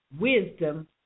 wisdom